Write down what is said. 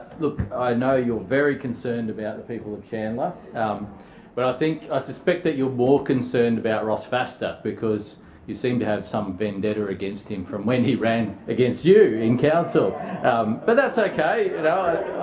look, i know you're very concerned about the people of chandler um but i think i suspect that you're more concerned about ross vasta because you seem to have some vendetta against him from when he ran against you in council um but that's okay and councillors